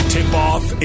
Tip-off